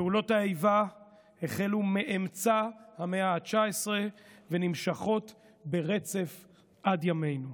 פעולות האיבה החלו מאמצע המאה ה-19 ונמשכות ברצף עד ימינו.